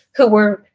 who were,